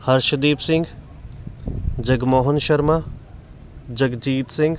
Harshdeep Singh Jagmohan Sharma Jagjit Singh